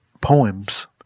poems